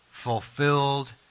fulfilled